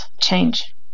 change